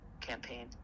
campaign